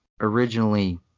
originally